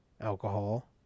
alcohol